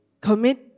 Commit